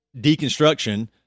deconstruction